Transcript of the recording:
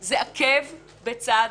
זה עקב בצד